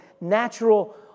natural